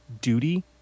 duty